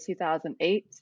2008